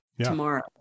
tomorrow